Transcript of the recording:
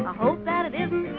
hope that it isn't